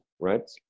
right